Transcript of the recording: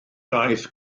daeth